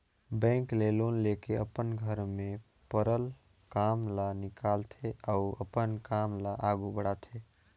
bank ले loan लेके अपन घर में परल काम ल निकालथे अउ अपन काम ल आघु बढ़ाथे